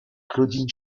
claudine